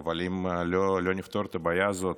אבל אם לא נפתור את הבעיה הזאת,